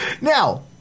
Now